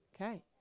Okay